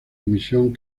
dimisión